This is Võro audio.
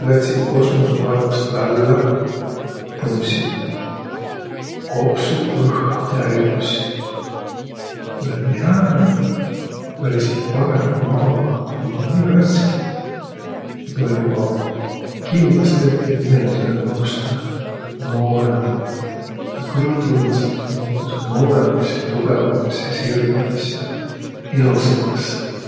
Nä lätsiq kosmosõlaivast vällä, tõmbsiq kopsuq õhku täüs. Tuu oll' nii hää! Tuu oll' esiki parõmb ku Maa õhk, kuiki viil värskimb ja tuu oll' joba kimmäs tett, et inemise mõos taa noorõndavalt. Ja nä kõik tundsõq, kui nä muutusõq noorõmbas ja tugõvambas ja sirgõmbas ja ilosambas.